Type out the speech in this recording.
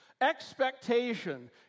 Expectation